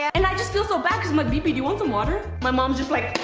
and i just feel so bad cause i'm like, bibi, do you want some water? my mom's just like,